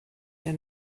der